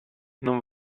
non